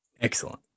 Excellent